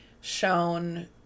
shown